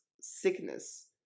sickness